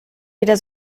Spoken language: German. wieder